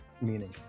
meaning